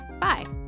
Bye